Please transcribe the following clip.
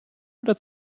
oder